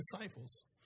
disciples